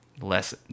less